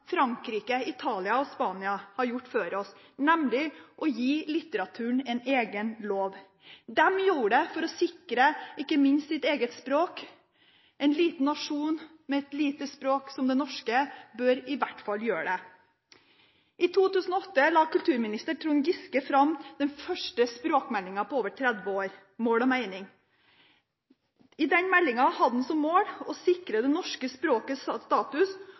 Frankrike, Italia og Spania har gjort før oss – nemlig å gi litteraturen en egen lov. De gjorde det ikke minst for å sikre sitt eget språk. En liten nasjon med et lite språk som det norske, bør i hvert fall gjøre det. I 2008 la kulturminister Trond Giske fram den første språkmeldingen på over 30 år: St.meld. nr. 35 for 2007–2008, Mål og meining. I den meldingen hadde han som mål å sikre det norske språket status,